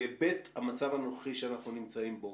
בהיבט המצב הנוכחי שאנחנו נמצאים בו.